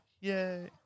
Yay